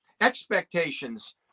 expectations